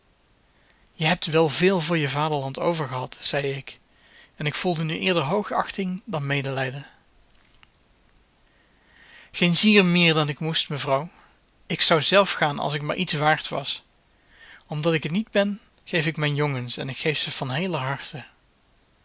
je hebt wel veel voor je vaderland over gehad zei ik en ik voelde nu eerder hoogachting dan medelijden geen zier meer dan ik moest mevrouw ik zou zelf gaan als ik maar iets waard was omdat ik het niet ben geef ik mijn jongens en ik geef ze van heeler harte